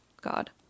god